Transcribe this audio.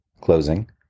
closing